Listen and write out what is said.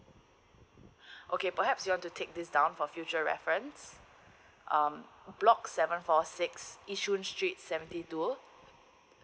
okay perhaps you want to take this down for future reference um block seven four six yishun street seventy two